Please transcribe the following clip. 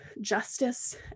justice